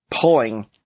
pulling